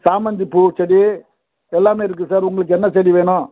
சாமந்தி பூச்செடி எல்லாமே இருக்குது சார் உங்களுக்கு என்ன செடி வேணும்